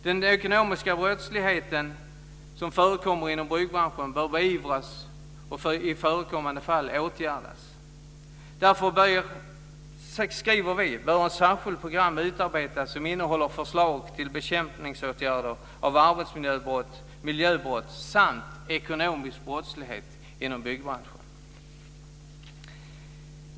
Den ekonomiska brottsligheten som förekommer inom byggbranschen bör beivras och i förekommande fall åtgärdas. Därför föreslår vi att ett särskilt program bör utarbetas som innehåller förslag till bekämpningsåtgärder av arbetsmiljöbrott, miljöbrott samt ekonomisk brottslighet inom byggbranschen.